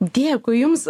dėkui jums